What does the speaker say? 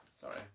Sorry